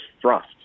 thrust